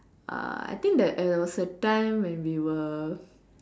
uh I think that there was a time when we were